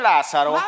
Lázaro